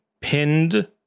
pinned